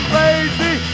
lazy